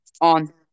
on